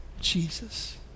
Jesus